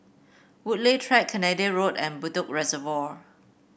Woodleigh Track Canada Road and Bedok Reservoir